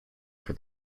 for